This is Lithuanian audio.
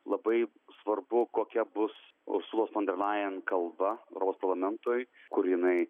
labai svarbu kokia bus ursulos fon der lajen kalba europos parlamentui kur jinai